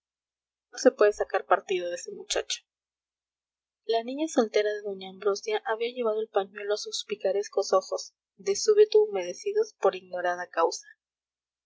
no se puede sacar partido de ese muchacho la niña soltera de doña ambrosia había llevado el pañuelo a sus picarescos ojos de súbito humedecidos por ignorada causa